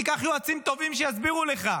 תיקח יועצים טובים שיסבירו לך,